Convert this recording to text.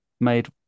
made